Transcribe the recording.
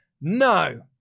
no